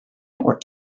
network